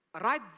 right